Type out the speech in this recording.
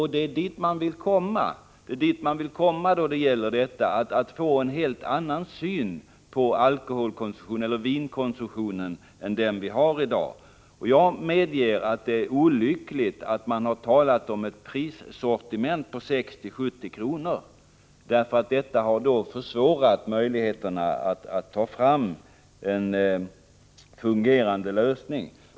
Vad man vill få till stånd är en helt annan syn på vinkonsumtionen än den vi har i dag. Jag medger att det är olyckligt att man talat om ett sortiment i prisklassen 60-70 kr., för det har gjort det svårare att få en fungerande lösning.